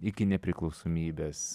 iki nepriklausomybės